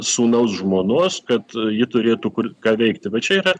sūnaus žmonos kad ji turėtų kur ką veikti va čia yra